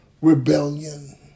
rebellion